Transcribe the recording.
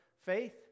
faith